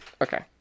Okay